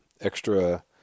extra